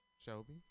Shelby